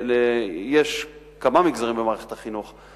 יש כמה מגזרים במערכת החינוך,